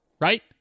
right